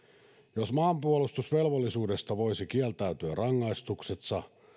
jos maanpuolustusvelvollisuudesta voisi kieltäytyä rangaistuksetta